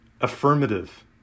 affirmative